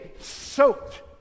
soaked